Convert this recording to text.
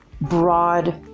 broad